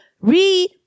read